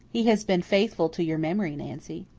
he has been faithful to your memory, nancy.